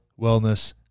wellness